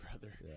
brother